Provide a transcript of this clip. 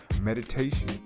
meditation